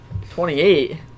28